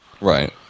Right